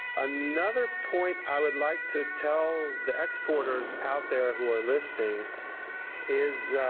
another point i would like to tell the exporters out there who are listening is